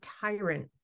tyrant